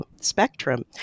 spectrum